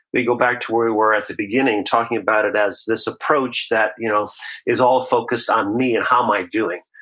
we go back to where we were at the beginning, talking about it as this approach that you know is all focused on me and how am i doing,